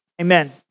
amen